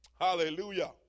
Hallelujah